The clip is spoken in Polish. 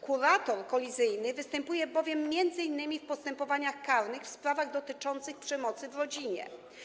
Kurator kolizyjny występuje bowiem m.in. w postępowaniach karnych w sprawach dotyczących przemocy w rodzinie.